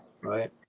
Right